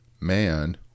man